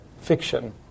fiction